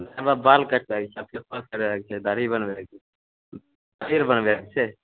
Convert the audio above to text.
हमरा बाल कटबएके छऽ फेसवाश करबएके छै दाढ़ी बनबएके छै सिर बनबएके छै